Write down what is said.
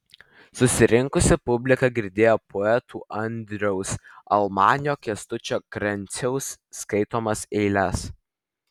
susirinkusi publika girdėjo poetų andriaus almanio kęstučio krenciaus skaitomas eiles